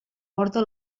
porta